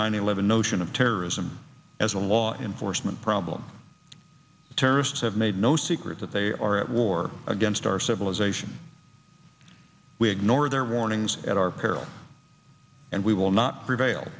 nine eleven notion of terrorism as a law enforcement problem the terrorists have made no secret that they are at war against our civilization we ignore their warnings at our peril and we will not prevail